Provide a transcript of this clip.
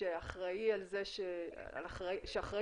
שאחראי על הנושא?